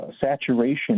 saturation